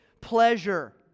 pleasure